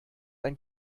ein